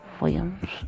Williams